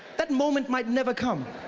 that moment might never come.